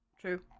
True